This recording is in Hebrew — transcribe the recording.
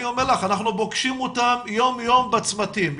אני אומר לך, אנחנו פוגשים אותם יום-יום בצמתים.